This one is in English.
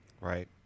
Right